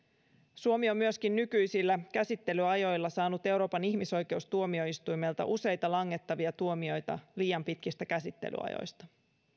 suomi myöskin on nykyisillä käsittelyajoilla saanut euroopan ihmisoikeustuomioistuimelta useita langettavia tuomioita liian pitkistä käsittelyajoista